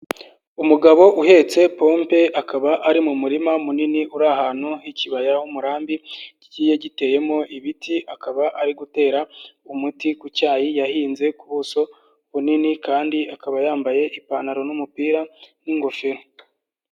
Umugabo uhetse pompe akaba ari mu murima munini uri ahantu h'ikibaya h'umurambi, kigiye giteyemo ibiti akaba ari gutera umuti ku cyayi yahinze ku buso bunini kandi akaba yambaye ipantaro n'umupira n'ingofero.